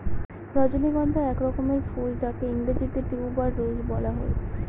রজনীগন্ধা এক রকমের ফুল যাকে ইংরেজিতে টিউবার রোজ বলা হয়